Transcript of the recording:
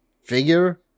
figure